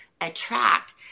attract